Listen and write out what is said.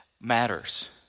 matters